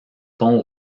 pont